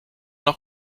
noch